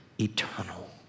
eternal